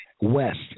West